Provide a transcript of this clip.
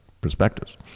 perspectives